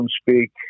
speak